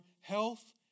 health